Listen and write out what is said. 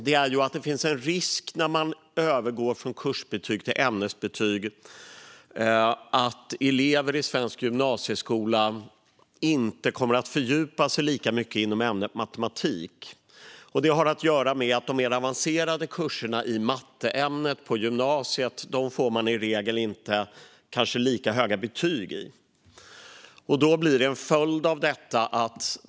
Det finns en risk när man övergår från kursbetyg till ämnesbetyg att elever i svensk gymnasieskola inte kommer att fördjupa sig lika mycket inom ämnet matematik. Det har att göra med att eleverna i regel kanske inte får lika höga betyg i de mer avancerade kurserna i matematikämnet på gymnasiet.